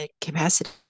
capacity